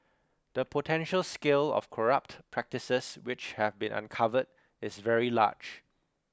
the potential scale of corrupt practices which have been uncovered is very large